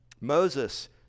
Moses